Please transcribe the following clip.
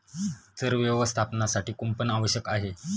चर व्यवस्थापनासाठी कुंपण आवश्यक आहे